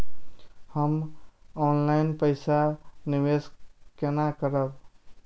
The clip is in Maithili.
हम ऑनलाइन पैसा निवेश केना करब?